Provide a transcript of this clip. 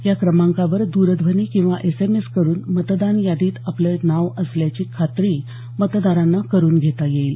या क्रमांकावर दरध्वनी किंवा एस एम एस करून मतदान यादीत आपलं नाव असल्याची खात्री मतदारांना करून घेता येईल